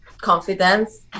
confidence